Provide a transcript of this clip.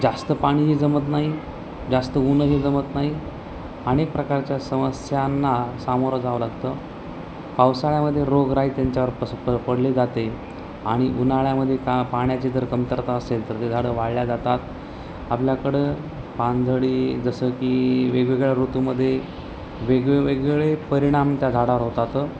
जास्त पाणीही जमत नाही जास्त ऊनही जमत नाही अनेक प्रकारच्या समस्यांना सामोरं जावं लागतं पावसाळ्यामध्ये रोगराई त्यांच्यावर पस प पडले जाते आणि उन्हाळ्यामध्ये का पाण्याची जर कमतरता असेल तर ते झाडं वाळलं जातात आपल्याकडं पानझडी जसं की वेगवेगळ्या ऋतूमध्ये वेगवेगळे परिणाम त्या झाडावर होतात